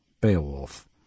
Beowulf